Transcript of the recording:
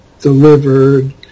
delivered